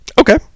Okay